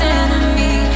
enemy